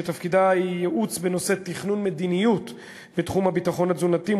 שתפקידה ייעוץ בנושא תכנון מדיניות בתחום הביטחון התזונתי,